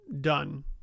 done